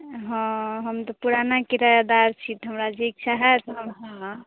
हँ हम तऽ पुराना किरायादार छी तऽ हमरा जे इच्छा हैत हम हँ